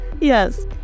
Yes